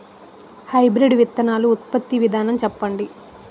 Hybrid విత్తనాలు ఉత్పత్తి విధానం చెప్పండి?